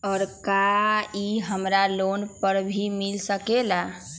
और का इ हमरा लोन पर भी मिल सकेला?